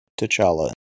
T'Challa